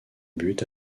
but